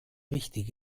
wichtig